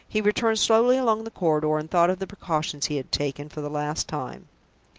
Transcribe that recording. he returned slowly along the corridor, and thought of the precautions he had taken, for the last time.